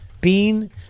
Bean